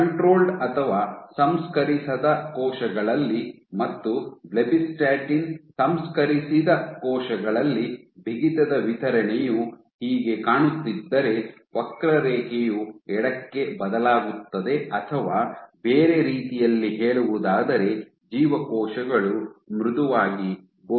controlled ಅಥವಾ ಸಂಸ್ಕರಿಸದ ಕೋಶಗಳಲ್ಲಿ ಮತ್ತು ಬ್ಲೆಬಿಸ್ಟಾಟಿನ್ ಸಂಸ್ಕರಿಸಿದ ಕೋಶಗಳಲ್ಲಿ ಬಿಗಿತದ ವಿತರಣೆಯು ಹೀಗೆ ಕಾಣುತ್ತಿದ್ದರೆ ವಕ್ರರೇಖೆಯು ಎಡಕ್ಕೆ ಬದಲಾಗುತ್ತದೆ ಅಥವಾ ಬೇರೆ ರೀತಿಯಲ್ಲಿ ಹೇಳುವುದಾದರೆ ಜೀವಕೋಶಗಳು ಮೃದುವಾಗಿ ಗೋಚರಿಸುತ್ತವೆ